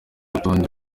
rutonde